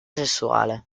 sessuale